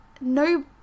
no